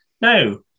No